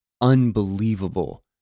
unbelievable